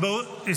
איזה חוק?